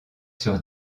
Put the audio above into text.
sur